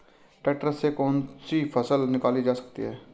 Tractor से कौन कौनसी फसल निकाली जा सकती हैं?